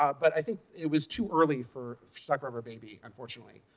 um but i think it was too early for stuck rubber baby unfortunately.